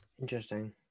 interesting